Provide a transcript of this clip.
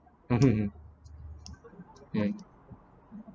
mmhmm um